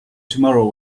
tomorrow